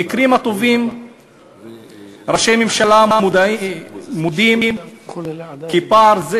במקרה הטוב ראשי ממשלה מודים כי פער זה